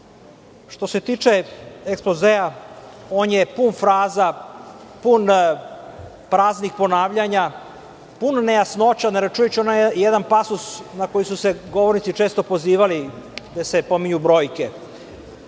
se tiče ekspozea, on je pun fraza, pun praznih ponavljanja, pun nejasnoća, ne računajući onaj jedan pasos na koji su se govornici često pozivali, gde se pominju brojke.